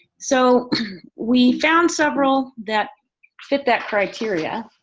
so we found several that fit that criteria.